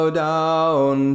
down